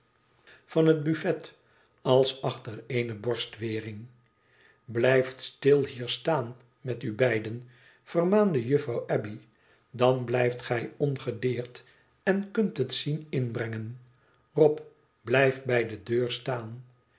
van het buffet als achter eene bostwering blijft stil hier staan met u beiden vermaande juffrouw abbey dan blijft gij ongedeerd en kunt het zien inbrengen rob blijf bij de deur staan